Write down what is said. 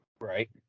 Right